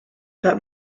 but